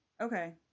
Okay